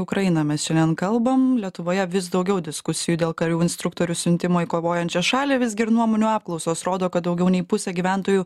ukrainą mes šiandien kalbam lietuvoje vis daugiau diskusijų dėl karių instruktorių siuntimo į kovojančią šalį visgi ir nuomonių apklausos rodo kad daugiau nei pusė gyventojų